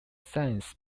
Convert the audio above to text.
science